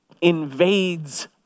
invades